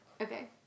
Okay